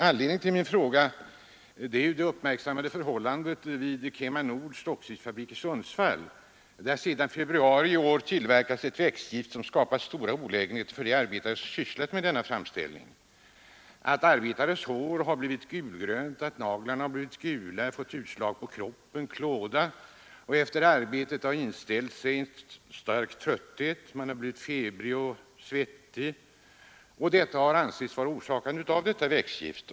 Anledningen till min fråga är det uppmärksammade förhållandet vid KemaNords Stockviksfabrik i Sundsvall, där det sedan februari i år framställs ett växtgift som skapar stora olägenheter för de arbetare som sysslar med denna tillverkning. Arbetarnas hår har blivit gulgrönt, deras naglar har blivit gula, de har fått utslag på kroppen och klåda, efter arbetet har en stark trötthet inställt sig, de har blivit febriga och svettiga. Det har ansetts vara orsakat av detta växtgift.